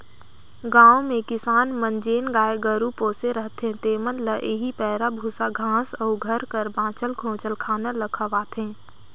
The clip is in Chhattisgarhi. गाँव में किसान मन जेन गाय गरू पोसे रहथें तेमन ल एही पैरा, बूसा, घांस अउ घर कर बांचल खोंचल खाना ल खवाथें